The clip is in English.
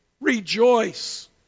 rejoice